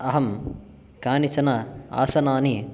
अहं कानिचन आसनानि